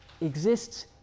Exists